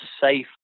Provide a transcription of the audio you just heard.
safe